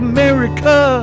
America